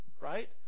right